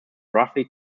roughly